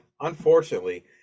Unfortunately